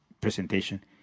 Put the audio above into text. presentation